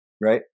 right